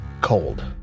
cold